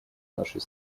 нашей